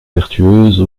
vertueuse